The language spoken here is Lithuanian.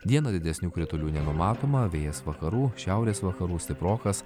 dieną didesnių kritulių nenumatoma vėjas vakarų šiaurės vakarų stiprokas